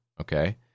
okay